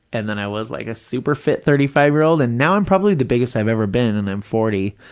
and then i was like a super-fit thirty five year old, and now i'm probably the biggest i've ever been and i'm forty,